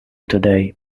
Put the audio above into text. today